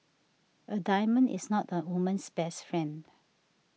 a diamond is not a woman's best friend